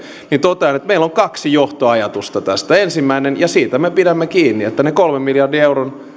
totean että meillä on kaksi johtoajatusta tästä ensimmäinen ja siitä me pidämme kiinni että ne kolmen miljardin euron